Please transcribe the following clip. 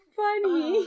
funny